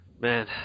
man